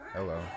Hello